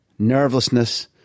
nervelessness